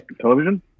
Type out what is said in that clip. television